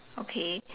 okay